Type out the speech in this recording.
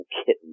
kitten